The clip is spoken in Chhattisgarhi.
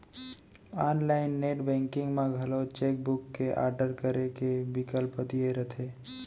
आनलाइन नेट बेंकिंग म घलौ चेक बुक के आडर करे के बिकल्प दिये रथे